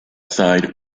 side